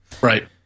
Right